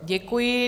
Děkuji.